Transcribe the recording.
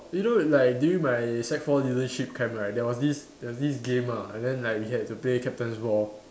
you know like during my sec four leadership camp right there was this there was this game ah and then like we had to play captain's ball